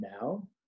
now